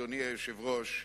אדוני היושב-ראש,